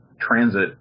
transit